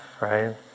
right